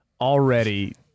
already